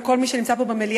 ולכל מי שנמצא פה במליאה,